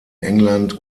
england